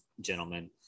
gentlemen